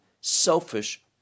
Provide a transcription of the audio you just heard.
selfish